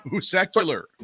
secular